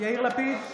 יאיר לפיד,